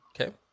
Okay